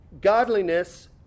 godliness